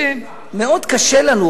שמאוד קשה לנו,